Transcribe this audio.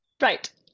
Right